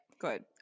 Good